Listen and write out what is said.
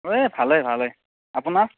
এই ভালে ভালে আপোনাৰ